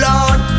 Lord